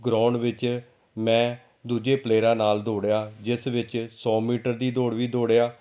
ground ਵਿੱਚ ਮੈਂ ਦੂਜੇ ਪਲੇਅਰਾਂ ਨਾਲ ਦੌੜਿਆ ਜਿਸ ਵਿੱਚ ਸੌ ਮੀਟਰ ਦੀ ਦੌੜ ਵੀ ਦੌੜਿਆ